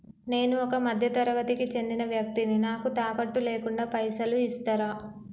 నేను ఒక మధ్య తరగతి కి చెందిన వ్యక్తిని నాకు తాకట్టు లేకుండా పైసలు ఇస్తరా?